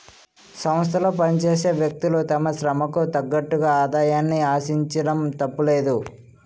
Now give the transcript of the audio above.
సంస్థలో పనిచేసే వ్యక్తులు తమ శ్రమకు తగ్గట్టుగా ఆదాయాన్ని ఆశించడం తప్పులేదు